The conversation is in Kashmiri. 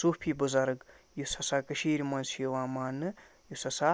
صوٗفی بُزرَگ یُس ہسا کٔشیٖرِ منٛز چھِ یِوان مانٛنہٕ یُس ہسا